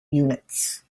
units